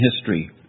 history